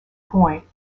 point